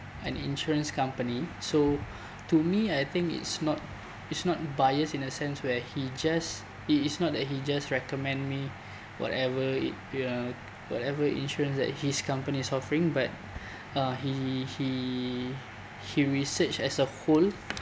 an insurance company so to me I think it's not it's not biased in a sense where he just it is not that he just recommend me whatever it uh whatever insurance that his company is offering but uh he he he research as a whole